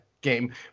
game